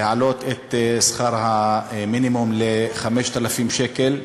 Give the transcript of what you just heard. להעלות את שכר המינימום ל-5,000 שקל.